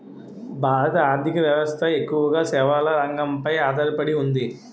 భారత ఆర్ధిక వ్యవస్థ ఎక్కువగా సేవల రంగంపై ఆధార పడి ఉంది